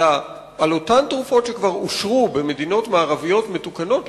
אלא באותן תרופות שכבר אושרו במדינות מערביות מתוקנות,